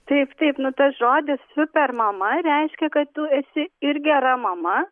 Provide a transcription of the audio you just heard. taip taip nu tas žodis super mama reiškia kad tu esi ir gera mama